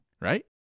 right